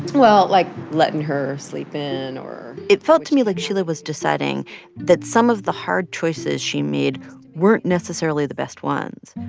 well, like, letting her sleep in or. it felt to me like sheila was deciding that some of the hard choices she made weren't necessarily the best ones,